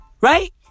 Right